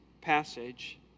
passage